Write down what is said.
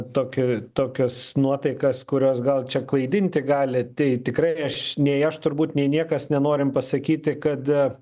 tokiu tokios nuotaikas kurios gal čia klaidinti gali tai tikrai aš nei aš turbūt nei niekas nenorim pasakyti kad